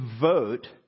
vote